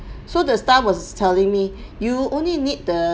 so the staff was telling me you only need the